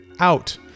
Out